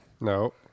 No